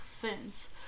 fins